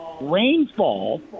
rainfall